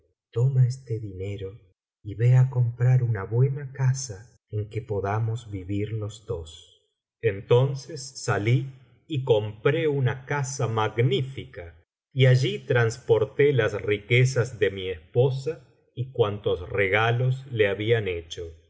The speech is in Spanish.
toma este dinero y ve á comprar una buena casa en que podamos vivir los dos entonces salí y compró una casa magnífica y allí transporté las riquezas de mi esposa y cuantos regalos le habían hecho